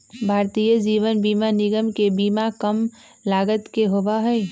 भारतीय जीवन बीमा निगम के बीमा कम लागत के होबा हई